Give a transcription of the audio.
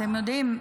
אתם יודעים,